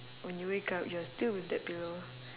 when you wake up you are still with that pillow